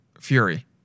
Fury